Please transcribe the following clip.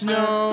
no